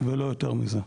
ולא יותר מזה.